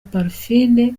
parfine